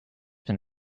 been